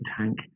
tank